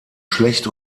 schlecht